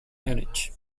múnich